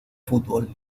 fútbol